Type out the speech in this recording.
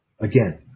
Again